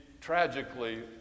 tragically